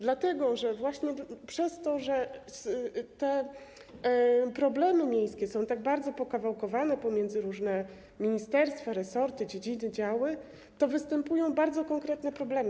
Dlatego że właśnie przez to, że problemy miejskie są tak bardzo pokawałkowane pomiędzy różne ministerstwa, resorty, dziedziny, działy, występują bardzo konkretne problemy.